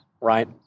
right